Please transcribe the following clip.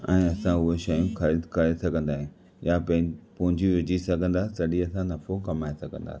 ऐं असां उहे शयूं खरीद करे सघन्दा आहियूं या पूंजी विझी सघन्दा तॾहिं असां नफ़ो कमाइ सघंदासीं